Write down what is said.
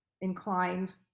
inclined